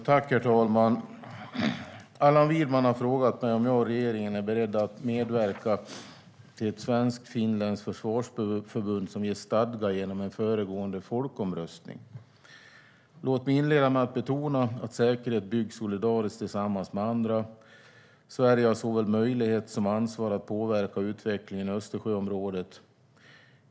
Herr talman! Allan Widman har frågat mig om jag och regeringen är beredda att medverka till ett svensk-finländskt försvarsförbund som ges stadga genom en föregående folkomröstning. Låt mig inleda med att betona att säkerhet byggs solidariskt tillsammans med andra. Sverige har såväl möjlighet som ansvar att påverka utvecklingen i Östersjöområdet.